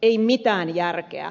ei mitään järkeä